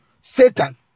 Satan